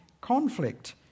conflict